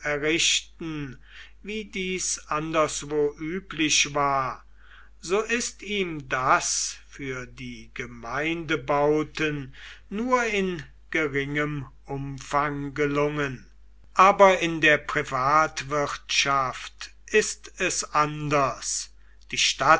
errichten wie dies anderswo üblich war so ist ihm das für die gemeindebauten nur in geringem umfang gelungen aber in der privatwirtschaft ist es anders die